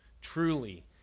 truly